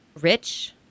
rich